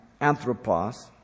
Anthropos